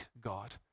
God